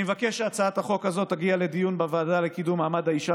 אני מבקש שהצעת החוק הזאת תגיע לדיון בוועדה לקידום מעמד האישה,